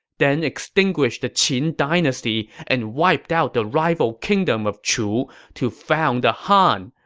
then extinguished the qin dynasty and wiped out the rival kingdom of chu to found the han